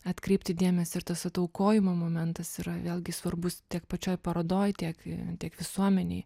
atkreipti dėmesį ir tas vat aukojimo momentas yra vėlgi svarbus tiek pačioj parodoj tiek tiek visuomenėj